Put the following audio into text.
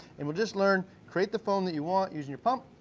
and we'll just learn, create the foam that you want using your pump,